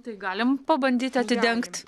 tai galim pabandyt atidengt